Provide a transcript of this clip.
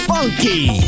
Funky